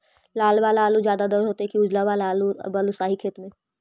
लाल वाला आलू ज्यादा दर होतै कि उजला वाला आलू बालुसाही खेत में?